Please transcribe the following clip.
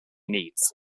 needs